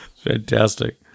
Fantastic